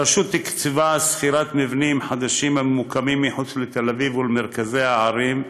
הרשות תקצבה שכירת מבנים חדשים הממוקמים מחוץ לתל אביב ולמרכזי הערים,